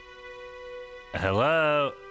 Hello